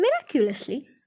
miraculously